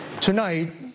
Tonight